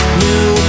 new